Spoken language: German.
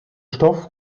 stoff